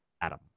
Adam